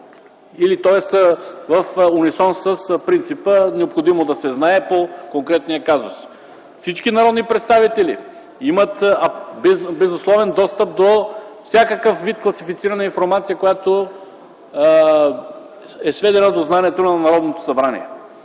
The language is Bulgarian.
тоест в унисон с принципа „необходимо да се знае” по конкретния казус. Всички народни представители имат безусловен достъп до всякакъв вид класифицирана информация, която е сведена до знанието на Народното събрание.